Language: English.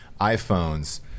iPhones